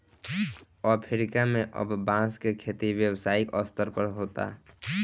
Africa में अब बांस के खेती व्यावसायिक स्तर पर होता